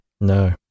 No